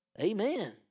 Amen